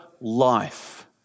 life